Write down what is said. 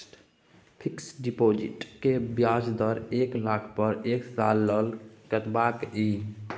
Fixed deposit के ब्याज दर एक लाख पर एक साल ल कतबा इ?